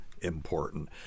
important